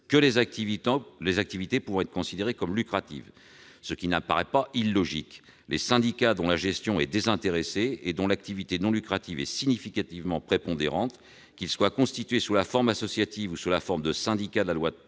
que les activités pouvant être considérées comme lucratives, ce qui n'apparaît pas illogique. « Les syndicats, dont la gestion est désintéressée et dont l'activité non lucrative est significativement prépondérante, qu'ils soient constitués sous la forme associative ou sous la forme de syndicats de la loi de